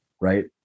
right